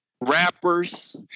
rappers